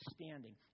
standing